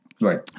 Right